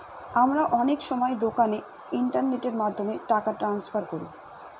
আমরা অনেক সময় দোকানে ইন্টারনেটের মাধ্যমে টাকা ট্রান্সফার করি